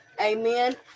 amen